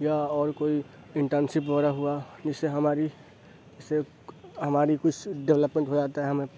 یا اور کوئی انٹرنشپ وغیرہ ہوا جس سے ہماری جس سے ہماری کچھ ڈوپلمنٹ ہوجاتا ہے ہمیں